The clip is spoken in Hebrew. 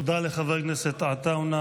תודה לחבר הכנסת עטאונה.